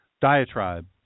diatribe